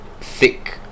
thick